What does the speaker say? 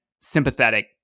sympathetic